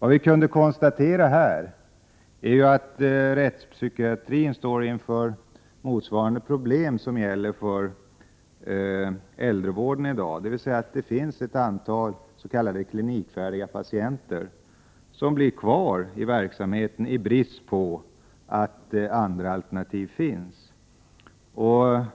Det vi kunde konstatera är att rättspsykiatrin står inför motsvarande problem som dem som gäller äldrevården i dag, dvs. att det finns ett antal klinikfärdiga patienter som blir kvar vid verksamheten i brist på att andra alternativ skall ordnas.